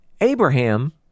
Abraham